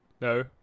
no